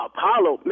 Apollo